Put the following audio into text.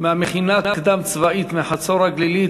מהמכינה הקדם-צבאית מחצור-הגלילית.